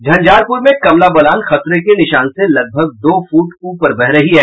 झंझारपुर में कमला बलान खतरे के निशान से लगभग दो फुट ऊपर बह रही है